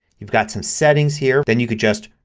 you've got some settings here. then you can just